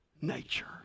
nature